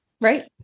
Right